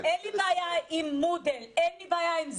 אין לי בעיה עם מודל, אין לי בעיה עם זום.